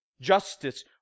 justice